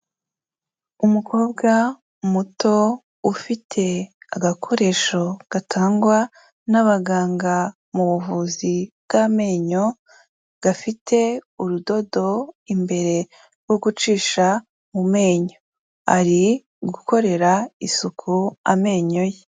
Umukobwa muto ufite agakoresho gatangwa n'abaganga mu buvuzi bw'amenyo, gafite urudodo imbere rwo gucisha mu menyo, ari gukorera isuku amenyo ye.